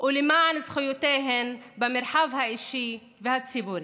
ולמען זכויותיהן במרחב האישי והציבורי.